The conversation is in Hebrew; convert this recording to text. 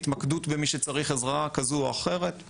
התמקדות במי שצריך עזרה כזו או אחרת;